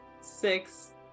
six